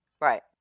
right